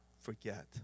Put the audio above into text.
forget